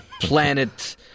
planet